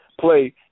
play